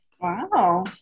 Wow